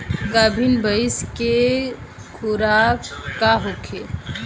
गाभिन भैंस के खुराक का होखे?